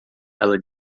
ela